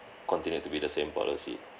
continued to be the same policy